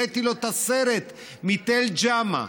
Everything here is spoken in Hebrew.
הראיתי לו את הסרט מתל ג'מה.